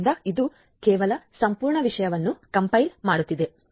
ಆದ್ದರಿಂದ ಇದು ಕೇವಲ ಸಂಪೂರ್ಣ ವಿಷಯವನ್ನು ಕಂಪೈಲ್ ಮಾಡುತ್ತಿದೆ